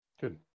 Good